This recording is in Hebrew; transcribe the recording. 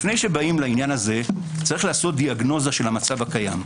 לפני שבאים לעניין הזה צריך לעשות דיאגנוזה של המצב הקיים.